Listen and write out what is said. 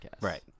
Right